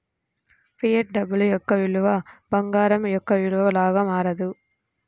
fiat డబ్బు యొక్క విలువ బంగారం యొక్క విలువ లాగా మారదు